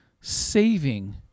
saving